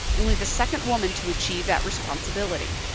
only the second woman to achieve that responsibility.